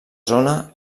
zona